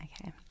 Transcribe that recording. Okay